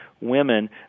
women